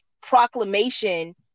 proclamation